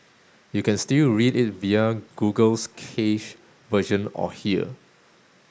you can still read it via Google's cached version or here